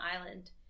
island